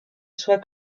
soit